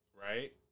right